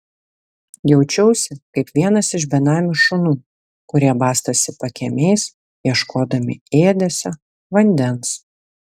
jaučiausi kaip vienas iš benamių šunų kurie bastosi pakiemiais ieškodami ėdesio vandens